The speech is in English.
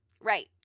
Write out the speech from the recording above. Right